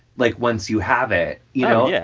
like, once you have it, you know? oh, yeah.